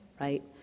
right